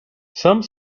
some